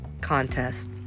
contest